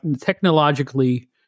technologically